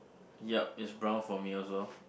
yup is brown for me also